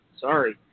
sorry